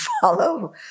follow